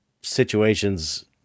situations